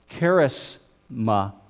charisma